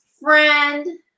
friend